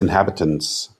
inhabitants